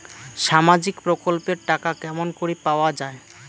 সামাজিক প্রকল্পের টাকা কেমন করি পাওয়া যায়?